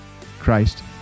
Christ